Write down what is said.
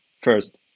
first